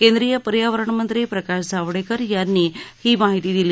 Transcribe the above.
केंद्रीय पर्यावरण मंत्री प्रकाश जावडेकर यांनी ही माहिती दिली